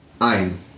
ein